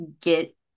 get